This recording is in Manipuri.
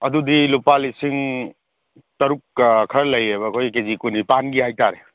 ꯑꯗꯨꯗꯤ ꯂꯨꯄꯥ ꯂꯤꯁꯤꯡ ꯇꯔꯨꯛꯀ ꯈꯔ ꯂꯩꯌꯦꯕ ꯑꯩꯈꯣꯏ ꯀꯦ ꯖꯤ ꯀꯨꯟꯅꯤꯄꯥꯟꯒꯤ ꯍꯥꯏꯇꯥꯔꯦ